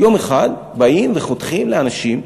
יום אחד באים וחותכים לאנשים,